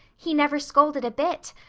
he never scolded a bit.